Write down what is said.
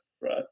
Right